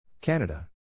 Canada